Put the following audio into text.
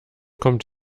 kommt